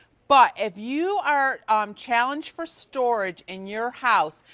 but if you are um challenged for storage in your house,